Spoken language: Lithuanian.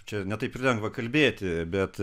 čia ne taip ir lengva kalbėti bet